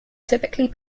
typically